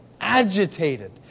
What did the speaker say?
agitated